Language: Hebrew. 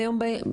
ביום בהיר?